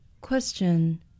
Question